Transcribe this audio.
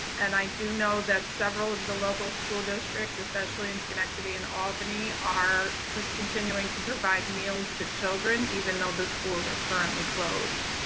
and i do know that several of the local school districts especially in schenectady and albany are continuing to provide meals to children even though the schools are currently closed.